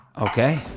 Okay